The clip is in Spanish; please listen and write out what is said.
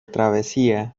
travesía